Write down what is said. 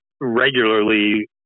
regularly